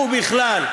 ובכלל,